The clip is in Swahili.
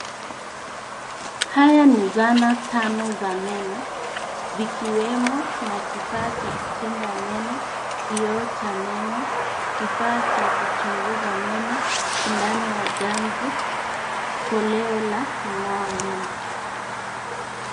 Haya ni zana tano za meno vikiwemo na kifaa cha kuchimba meno, kioo cha meno, kifaa cha kuchunguza meno, sindano ya ganzi, koleo la kung'oa meno.